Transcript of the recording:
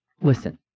listen